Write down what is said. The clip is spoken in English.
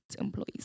employees